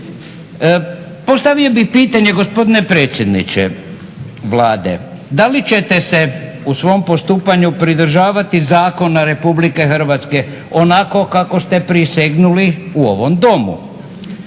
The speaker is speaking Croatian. Postavio bih pitanje gospodine predsjedniče Vlade da li ćete se u svom postupanju pridržavati Zakona RH onako kako ste prisegnuli u ovom Domu?